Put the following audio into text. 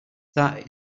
that